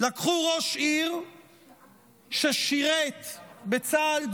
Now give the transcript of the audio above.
לקחו ראש עיר ששירת בצה"ל,